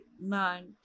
nine